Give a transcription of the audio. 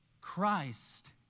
Christ